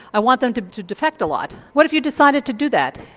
i want them to to defect a lot. what if you decided to do that,